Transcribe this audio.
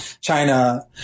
China